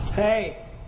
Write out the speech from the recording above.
Hey